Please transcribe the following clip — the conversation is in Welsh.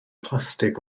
plastig